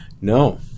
No